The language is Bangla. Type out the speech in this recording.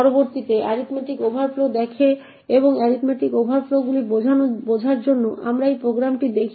পরবর্তীতে এরিথমেটিক ওভারফ্লোগুলি দেখে এবং এরিথমেটিক ওভারফ্লোগুলি বোঝার জন্য আমরা এই প্রোগ্রামটি দেখি